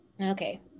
Okay